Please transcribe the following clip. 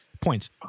points